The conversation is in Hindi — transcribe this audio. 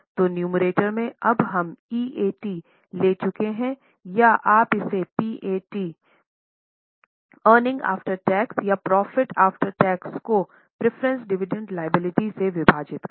तो नुमेरेटर में अब हम ईएटी ले चुके हैं या आप इसे PAT एअर्निंग आफ्टर टैक्स या प्रॉफिट आफ्टर टैक्स को प्रेफरेंस डिविडेंड लायबिलिटी से विभाजित करे